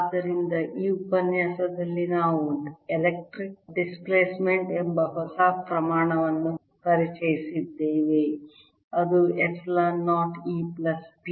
ಆದ್ದರಿಂದ ಈ ಉಪನ್ಯಾಸದಲ್ಲಿ ನಾವು ಎಲೆಕ್ಟ್ರಿಕ್ ಡಿಸ್ಪ್ಲೇಸ್ಮೆಂಟ್ ಎಂಬ ಹೊಸ ಪ್ರಮಾಣವನ್ನು ಪರಿಚಯಿಸಿದ್ದೇವೆ ಅದು ಎಪ್ಸಿಲಾನ್ 0 E ಪ್ಲಸ್ P